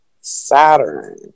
Saturn